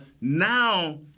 Now